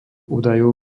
údajov